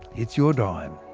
it's your dime.